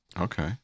Okay